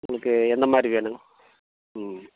உங்களுக்கு எந்த மாதிரி வேணும் ம்